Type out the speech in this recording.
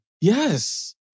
Yes